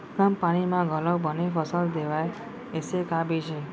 कम पानी मा घलव बने फसल देवय ऐसे का बीज हे?